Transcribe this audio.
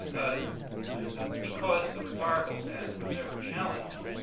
ah because the rhetorical stance was never challenged,